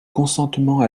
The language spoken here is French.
consentement